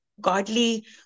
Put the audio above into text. godly